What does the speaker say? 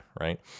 right